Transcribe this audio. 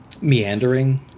meandering